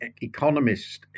economists